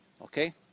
okay